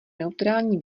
neutrální